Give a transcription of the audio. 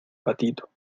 patito